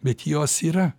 bet jos yra